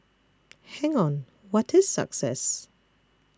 hang on what is success